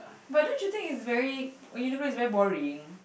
but don't you think it's very Uniqlo is very boring